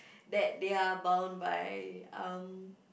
that they are bound by um